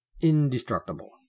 indestructible